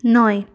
নয়